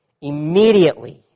immediately